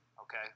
okay